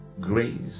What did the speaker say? grace